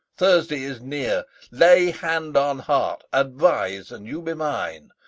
thursday is near lay hand on heart, advise an you be mine,